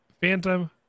Phantom